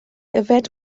yfed